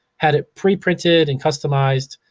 had it pre printed and customized.